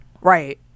Right